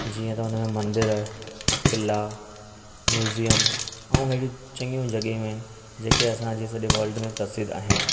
जीअं त हुन में मंदरु आहे किला म्युज़ियम ऐं अहिड़ियूं चङियूं जॻहियूं आहिनि जेके असांजे सॼे वल्ड में प्रसिद्ध आहिनि